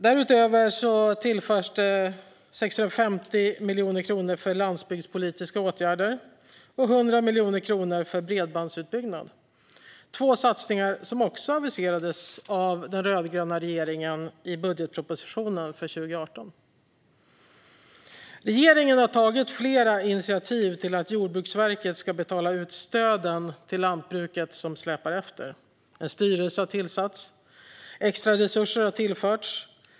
Därutöver tillförs det 650 miljoner kronor för landsbygdspolitiska åtgärder och 100 miljoner kronor för bredbandsutbyggnad. Det är två satsningar som också aviserades av den rödgröna regeringen i budgetpropositionen för 2018. Regeringen har tagit flera initiativ till att Jordbruksverket ska betala ut de stöd till lantbruket som släpar efter. En styrelse har tillsatts och extra resurser har tillförts.